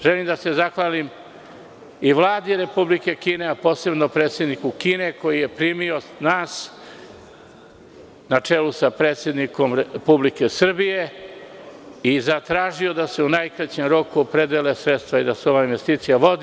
Želim da se zahvalim Vladi Republike Kine, a posebno predsedniku Kine koji je primio nas na čelu sa predsednikom Republike Srbije i zatražio da se u najkraćem roku opredele sredstva da se ova investicija vodi.